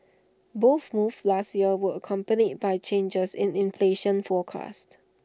both moves last year were accompanied by changes in inflation forecast